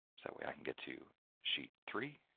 so way, i can get two sheet, three